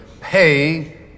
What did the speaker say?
pay